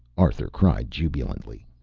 arthur cried jubilantly.